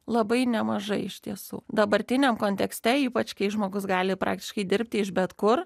labai nemažai iš tiesų dabartiniam kontekste ypač kai žmogus gali praktiškai dirbti iš bet kur